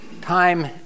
time